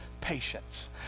patience